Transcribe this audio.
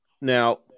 Now